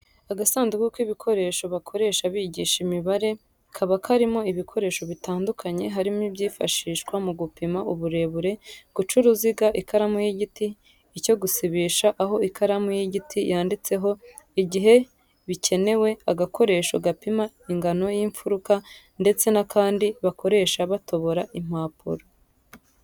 Agasanduka k'ibikoresho bakoresha bigisha imibare kaba karimo ibikoresho bitandukanye harimo ibyifashishwa mu gupima uburebure, guca uruziga, ikaramu y'igiti, icyo gusibisha aho ikaramu y'igiti yanditse igihe bikenewe, agakoresho gapima ingano y'imfuruka ndetse n'akandi bakoresha batobora impapuro.